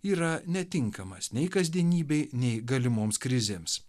yra netinkamas nei kasdienybei nei galimoms krizėms